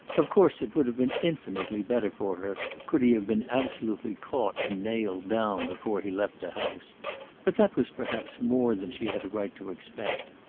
of course it would have been infinitely better for her could he have been absolutely caught and nailed down before he left the house but that was perhaps more than she had a right to expect.